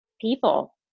people